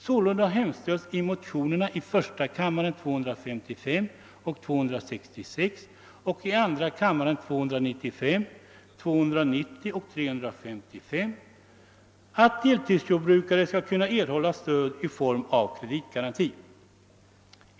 Sålunda hemställs i motionerna I: 255, I: 261, IT: 295, II: 290 och II: 355 att deltidsjordbrukare skall kunna erhålla stöd i form av kreditgaranti.